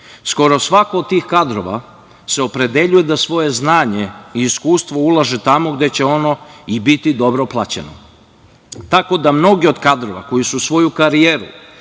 Skoro svako od tih kadrova se opredeljuje da svoje znanje i iskustvo uloži tamo gde će ono i biti dobro plaćeno, tako da mnogi od kadrova koji su svoju karijeru